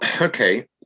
okay